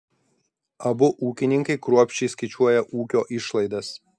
abu ūkininkai kruopščiai skaičiuoja ūkio išlaidas